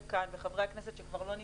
כאן ואת חברי הכנסת שכבר לא נמצאים: